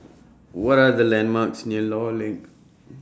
What Are The landmarks near law LINK